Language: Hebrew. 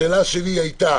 השאלה שלי הייתה